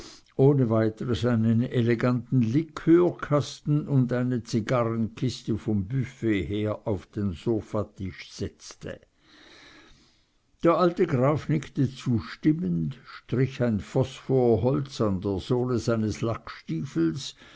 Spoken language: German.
ohne weiteres einen eleganten liqueurkasten und eine zigarrenkiste vom büfett her auf den sofatisch setzte der alte graf nickte zustimmend strich ein phosphorholz an der sohle seines